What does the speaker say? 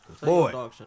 Boy